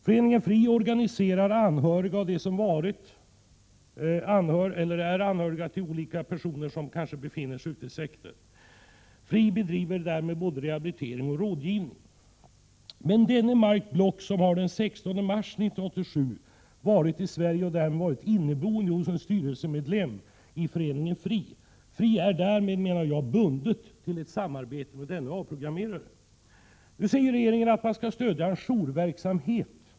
Föreningen FRI organiserar anhöriga och dem som varit medlemmar i sekter. FRI bedriver därmed både rehabilitering och rådgivning, men denne Mark Blocksom har den 16 mars 1987 varit i Sverige och då inneboende hos en styrelsemedlem i föreningen FRI. FRI är därmed bundet till ett samarbete med denne avprogrammerare. Nu säger regeringen att man skall stödja en jourverksamhet.